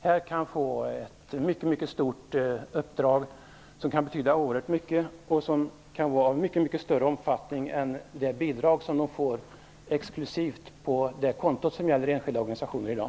Härigenom kan de få ett mycket stort uppdrag som kan betyda oerhört mycket och som kan vara av mycket större omfattning än vad det bidrag medger som de får exklusivt på det konto som gäller enskilda oganisationer i dag.